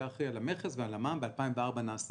שהיה אחראי על המכס ועל המע"מ וב-2004 נעשה